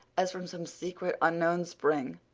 as from some secret, unknown spring,